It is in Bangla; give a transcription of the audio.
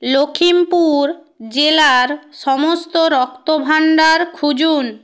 লখিমপুর জেলার সমস্ত রক্তভাণ্ডার খুঁজুন